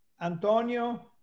Antonio